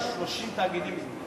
30 תאגידים.